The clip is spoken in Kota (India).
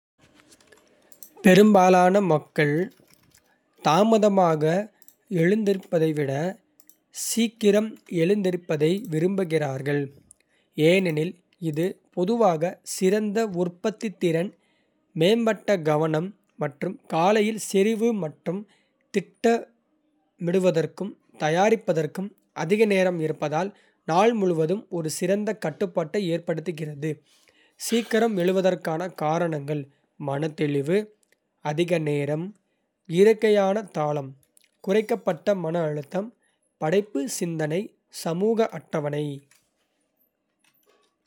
பெரும்பாலான மக்கள் தாமதமாக எழுந்திருப்பதை விட சீக்கிரம் எழுந்திருப்பதை விரும்புகிறார்கள், ஏனெனில் இது பொதுவாக சிறந்த உற்பத்தித்திறன், மேம்பட்ட கவனம் மற்றும் காலையில் செறிவு மற்றும் திட்டமிடுவதற்கும் தயாரிப்பதற்கும் அதிக நேரம் இருப்பதால், நாள் முழுவதும் ஒரு சிறந்த கட்டுப்பாட்டை ஏற்படுத்துகிறது. சீக்கிரம் எழுவதற்கான காரணங்கள். மன தெளிவு. அதிக நேரம். இயற்கையான தாளம். குறைக்கப்பட்ட மன அழுத்தம். படைப்பு சிந்தனை. சமூக அட்டவணை.